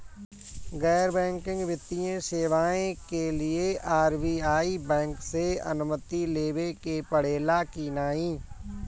गैर बैंकिंग वित्तीय सेवाएं के लिए आर.बी.आई बैंक से अनुमती लेवे के पड़े ला की नाहीं?